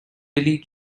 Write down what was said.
billy